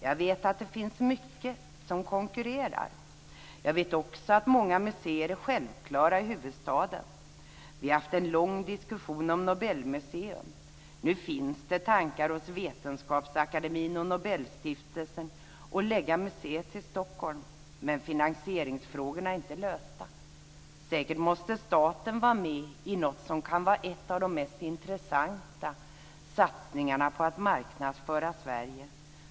Jag vet att det finns mycket som konkurrerar. Jag vet också att många museer är självklara i huvudstaden. Vi har haft en lång diskussion om Nobelmuseum. Nu finns det tankar hos Vetenskapsakademien och Nobelstiftelsen att lägga museet till Stockholm, men finansieringsfrågorna är inte lösta. Säkert måste staten vara med i något som kan vara en av de mest intressanta satsningarna på att marknadsföra Sverige.